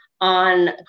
on